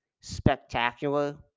spectacular